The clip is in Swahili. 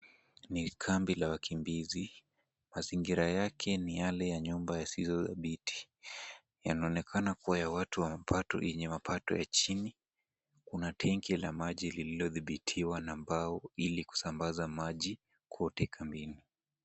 Ni kambi la wakimbizi. Mazingira yake ni yale ya nyumba yasizodhabiti. Yanaonekana kuwa ya watu wenye mapato ya chini. Kuna tenki la maji lililodhibitiwa na mbao ili kusambaza maji kwote kambini.